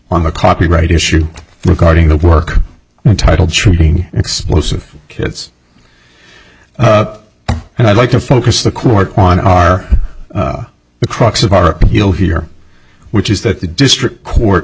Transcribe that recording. on the copyright issue regarding the work titled shooting explosive kits and i'd like to focus the court on our the crux of our appeal here which is that the district court